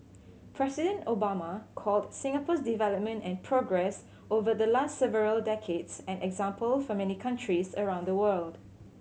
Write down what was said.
President Obama called Singapore's development and progress over the last several decades an example for many countries around the world